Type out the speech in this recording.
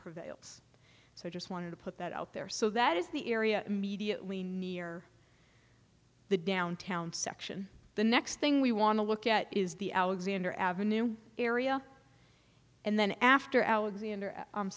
prevails so i just wanted to put that out there so that is the area immediately near the downtown section the next thing we want to look at is the alexander avenue area and then after alexander